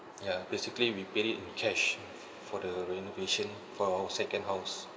ya basically we paid it in cash for the renovation for our second house